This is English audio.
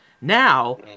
now